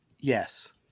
Yes